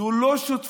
זו לא שותפות.